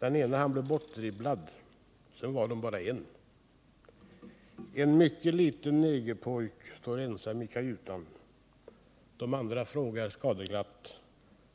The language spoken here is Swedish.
den ene han blev bortdribblad så var dom bara en. En mycket liten negerpojk står ensam i kajutan — de andra frågar skadeglatt: